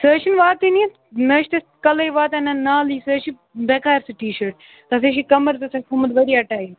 سُہ حظ چھِنہٕ واتٲنِیَن نہٕ حظ چھِ تَتھ کَلَے واتان نَہ نالٕے سُہ حظ چھِ بٮ۪کار سُہ ٹی شٲٹ تَتھ حظ چھِ کَمَر تہِ تۄہہِ تھوٚمُت واریاہ ٹایِٹ